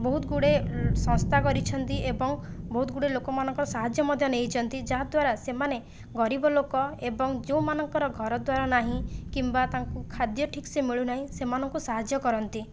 ବହୁତ ଗୁଡ଼ିଏ ସଂସ୍ଥା କରିଛନ୍ତି ଏବଂ ବହୁତ ଗୁଡ଼ିଏ ଲୋକମାନଙ୍କର ସାହାଯ୍ୟ ମଧ୍ୟ ନେଇଛନ୍ତି ଯାହା ଦ୍ଵାରା ସେମାନେ ଗରିବ ଲୋକ ଏବଂ ଯେଉଁମାନଙ୍କର ଘର ଦ୍ଵାର ନାହିଁ କିମ୍ବା ତାଙ୍କୁ ଖାଦ୍ୟ ଠିକ୍ ସେ ମିଳୁ ନାହିଁ ସେମାନଙ୍କୁ ସାହାଯ୍ୟ କରନ୍ତି